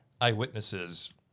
eyewitnesses